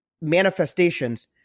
manifestations